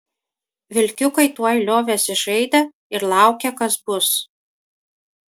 vilkiukai tuoj liovėsi žaidę ir laukė kas bus